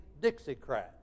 Dixiecrats